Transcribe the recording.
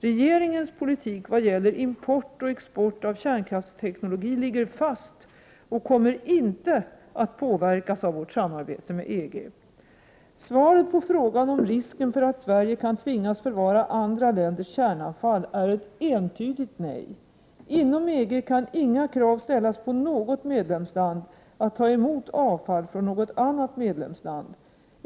Regeringens politik vad gäller import och export av kärnkraftsteknologi ligger fast och kommer inte att påverkas av vårt samarbete med EG. Svaret på frågan om risken för att Sverige kan tvingas förvara andra länders kärnavfall är ett entydigt nej. Inom EG kan inga krav ställas på något medlemsland att ta emot avfall från något annat medlemsland.